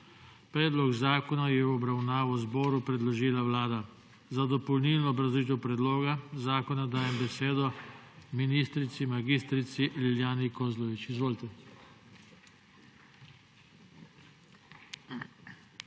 Predlog zakona je v obravnavo Državnemu zboru predložila Vlada. Za dopolnilno obrazložitev predloga zakona dajem besedo ministrici mag. Lilijani Kozlovič. Izvolite.